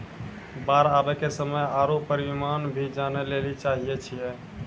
बाढ़ आवे के समय आरु परिमाण भी जाने लेली चाहेय छैय?